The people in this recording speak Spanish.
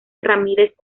ramírez